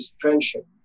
friendship